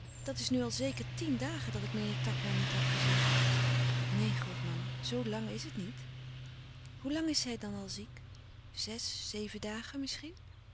dat is nu al zeker tien dagen dat ik meneer takma niet heb gezien neen grootma zoo lang is het niet hoe lang is hij dan al ziek zes zeven dagen misschien